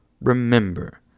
remember